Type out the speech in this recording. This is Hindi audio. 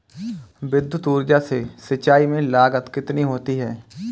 विद्युत ऊर्जा से सिंचाई में लागत कितनी होती है?